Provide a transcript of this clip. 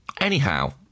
Anyhow